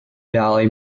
valley